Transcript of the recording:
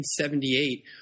1978